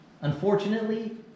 Unfortunately